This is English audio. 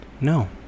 No